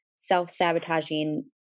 self-sabotaging